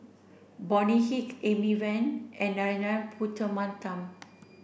Bonny Hick Amy Van and Narana Putumaippittan